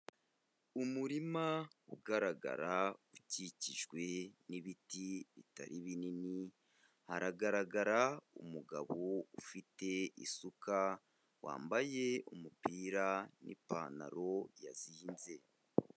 Umurima ugaragara ukikijwe n'ibiti bitari binini, haragaragara umugabo ufite isuka, wambaye umupira n'ipantaro yazinze.